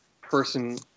person